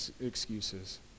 excuses